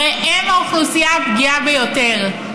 הרי הם האוכלוסייה הפגיעה ביותר.